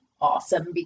awesome